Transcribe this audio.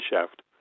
shaft